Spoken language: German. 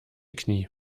knie